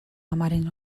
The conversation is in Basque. amaren